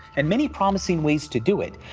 and many promising ways to do it.